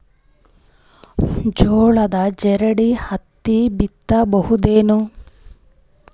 ಜೋಳದ ಜೋಡಿ ಹತ್ತಿ ಬಿತ್ತ ಬಹುದೇನು?